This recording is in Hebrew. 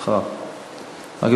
אגב,